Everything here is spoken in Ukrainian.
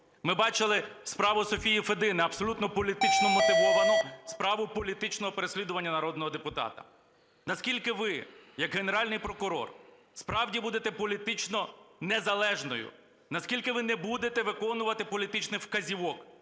Ми бачили справу Софії Федини, абсолютно політично вмотивовану справу політичного переслідування народного депутата. Наскільки ви як Генеральний прокурор, справді, будете політично незалежною, наскільки ви не будете виконувати політичних вказівок,